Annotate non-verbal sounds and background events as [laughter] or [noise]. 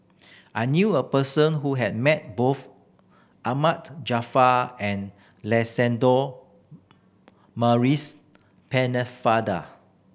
I knew a person who has met both Ahmad Jaafar and [unintelligible] Maurice Pennefather